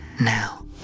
now